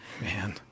man